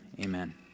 amen